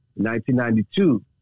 1992